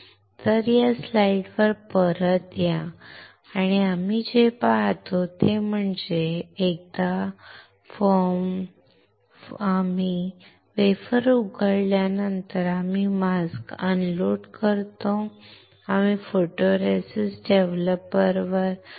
तर या स्लाइडवर परत या आणि आम्ही जे पाहतो ते म्हणजे एकदा आम्ही वेफर उघडल्यानंतर आम्ही मास्क अनलोडunload 0 करतो आणि आम्ही फोटोरेसिस्ट डेव्हलपरphotoresist developer